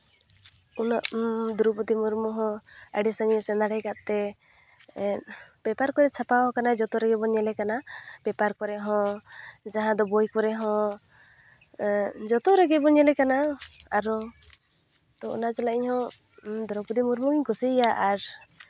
ᱩᱱᱟᱹᱜ ᱫᱨᱳᱣᱯᱚᱫᱤ ᱢᱩᱨᱢᱩ ᱦᱚᱸ ᱟᱹᱰᱤ ᱥᱟᱺᱜᱤᱧ ᱥᱮᱱ ᱫᱟᱲᱮᱭ ᱠᱟᱜ ᱛᱮ ᱯᱮᱯᱟᱨ ᱠᱚᱨᱮ ᱪᱷᱟᱯᱟᱣ ᱠᱟᱱᱟ ᱡᱚᱛᱚ ᱨᱮᱜᱮ ᱵᱚᱱ ᱧᱮᱞᱮ ᱠᱟᱱᱟ ᱯᱮᱯᱟᱨ ᱠᱚᱨᱮ ᱦᱚᱸ ᱡᱟᱦᱟᱸ ᱫᱚ ᱵᱳᱭ ᱠᱚᱨᱮ ᱦᱚᱸ ᱡᱚᱛᱚ ᱨᱮᱜᱮ ᱵᱚᱱ ᱧᱮᱞᱮ ᱠᱟᱱᱟ ᱟᱨᱚ ᱛᱚ ᱚᱱᱟ ᱡᱟᱞᱟ ᱤᱧᱦᱚᱸ ᱫᱨᱳᱣᱯᱚᱫᱤ ᱢᱩᱨᱢᱩᱧ ᱠᱩᱥᱤᱭᱟᱭᱟ ᱟᱨ